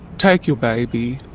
take your baby,